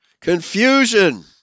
confusion